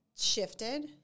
shifted